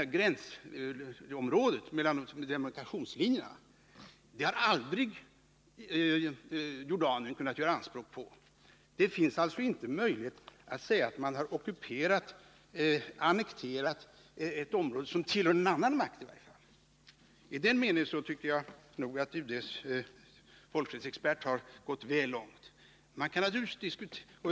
Men gränsområdet mellan demarkationslinjerna har Jordanien aldrig kunnat göra anspråk på. Det finns alltså inte möjlighet att säga att Israel har ockuperat eller annekterat ett område som tillhör en annan makt. I den meningen tycker jag att UD:s folkrättsexpert gått väl långt.